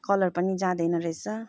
colour पनि जाँदैन रहेछ